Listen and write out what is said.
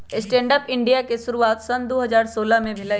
stand up India के शुरुआत सन दू हज़ार सोलह में भेलइ